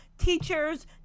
teachers